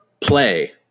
play